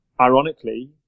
ironically